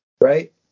right